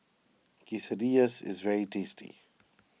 Quesadillas is very tasty